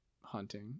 hunting